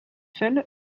seules